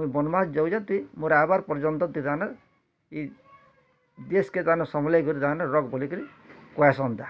ମୁଇଁ ବନବାସ ଯାଉଚେ ତୁଇ ମୋର ଆଇବାର୍ ପର୍ଯ୍ୟନ୍ତ ଇ ଦେଶ୍ କେ ଦାନ ସମ୍ଭଲେଇ କରି ରଖ୍ ବୋଲି କିରି କୁହା ସନ୍ତା